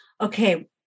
Okay